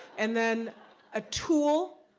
and then a tool,